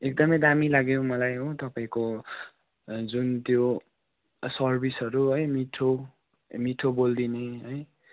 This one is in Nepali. एकदमै दामी लाग्यो मलाई हो तपाईँको जुन त्यो सर्विसहरू है मिठो ए मिठो बोली दिने है